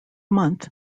month